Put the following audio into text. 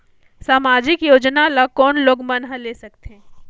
समाजिक योजना कोन लोग मन ले सकथे?